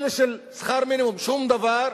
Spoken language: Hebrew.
אלה של שכר מינימום, שום דבר,